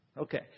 Okay